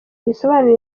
gisobanura